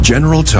General